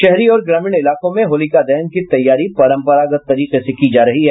शहरी और ग्रामीण इलाकों में होलिका दहन की तैयारी परम्परागत तरीके से की जा रही है